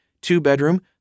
two-bedroom